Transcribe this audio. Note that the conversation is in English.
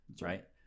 right